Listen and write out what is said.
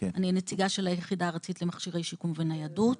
אני נציגה של היחידה הארצית למכשירי שיקום וניידות.